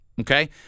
okay